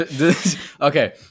Okay